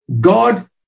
God